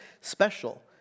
special